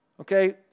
Okay